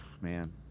man